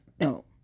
No